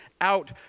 out